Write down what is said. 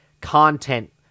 content